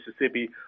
Mississippi